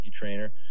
trainer